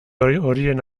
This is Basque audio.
horien